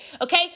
Okay